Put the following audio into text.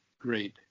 great